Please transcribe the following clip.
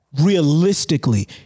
realistically